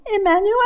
Emmanuel